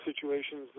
situations